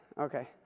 Okay